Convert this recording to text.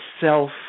self